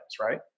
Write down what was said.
right